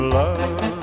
love